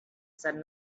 said